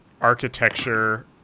architecture